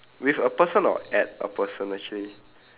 with a person or at a person actually